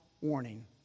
warning